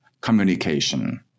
communication